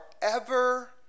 forever